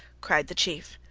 cried the chief.